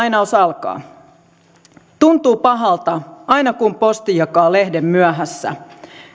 tuntuu pahalta aina kun posti jakaa lehden myöhässä